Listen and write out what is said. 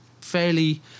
fairly